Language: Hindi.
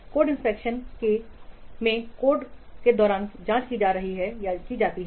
कोड इंस्पेक्शन के दौरान कोड की जांच किस लिए की जाती है